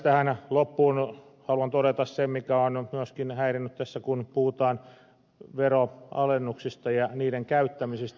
tähän loppuun haluan todeta sen mikä on myöskin häirinnyt tässä kun puhutaan veronalennuksista ja niiden käyttämisestä